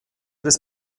des